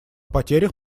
потерях